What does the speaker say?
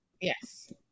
yes